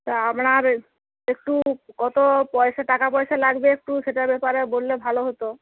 তা আপনার একটু কত পয়সা টাকা পয়সা লাগবে একটু সেটার ব্যাপারে বললে ভালো হত